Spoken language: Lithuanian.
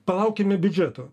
palaukime biudžeto